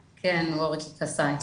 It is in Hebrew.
קסיי.